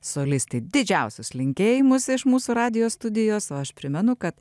solistei didžiausius linkėjimus iš mūsų radijo studijos o aš primenu kad